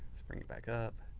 bring it back up.